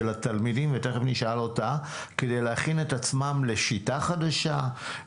התלמידים ותיכף נשאל אותה כדי להכין את עצמם לשיטה חדשה,